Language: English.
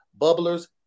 bubblers